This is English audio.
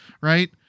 Right